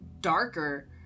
darker